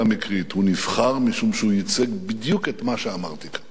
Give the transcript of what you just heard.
הוא נבחר משום שהוא ייצג בדיוק את מה שאמרתי כאן,